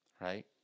right